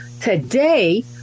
Today